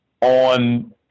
on